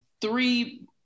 three